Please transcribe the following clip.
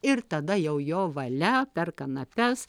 ir tada jau jo valia per kanapes